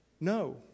No